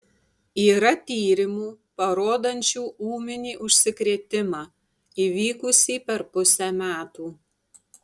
yra tyrimų parodančių ūminį užsikrėtimą įvykusį per pusę metų